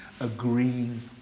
agreeing